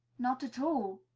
not at all,